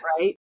right